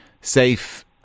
safe